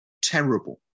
terrible